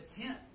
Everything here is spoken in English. tent